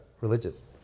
religious